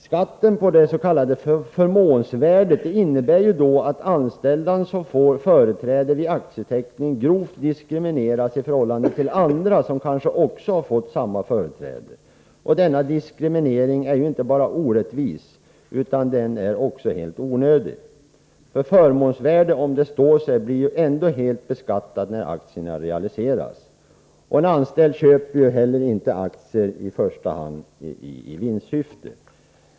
Skatt på det s.k. förmånsvärdet innebär att anställda som får företräde vid aktieteckning grovt diskrimineras i förhållande till andra som kanske också fått samma företräde. Denna diskriminering är inte bara orättvis, utan den är också helt onödig. Förmånsvärdet blir ju — om det står sig — helt beskattat när aktierna avyttras. En anställd köper inte heller aktier i första hand i vinstsyfte.